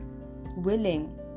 willing